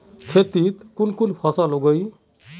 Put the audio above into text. खेतीत कुन कुन फसल उगेई?